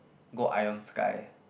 go Ion Sky